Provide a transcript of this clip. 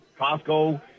Costco